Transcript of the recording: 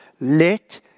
Let